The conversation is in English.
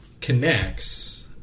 connects